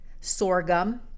sorghum